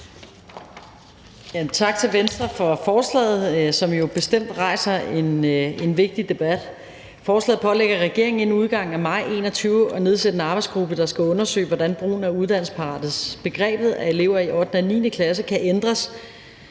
Tak til Venstre for forslaget, som jo bestemt rejser en vigtig debat. Forslaget pålægger regeringen inden udgangen af maj 2021 at nedsætte en arbejdsgruppe, der skal undersøge, hvordan brugen af uddannelsesparathedsbegrebet i forhold til elever i 8. og 9. klasse kan ændres,